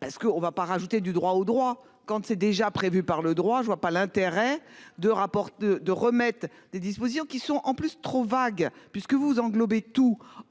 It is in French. parce qu'on va pas rajouter du droit au droit, quand c'est déjà prévue par le droit, je ne vois pas l'intérêt de rapport de de remettre des dispositions qui sont en plus trop vagues, puisque vous englober tous.